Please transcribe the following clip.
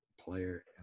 player